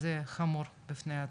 אז זה חמור בפני עצמו.